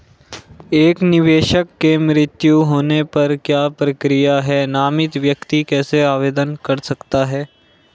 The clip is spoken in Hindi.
एक निवेशक के मृत्यु होने पर क्या प्रक्रिया है नामित व्यक्ति कैसे आवेदन कर सकता है?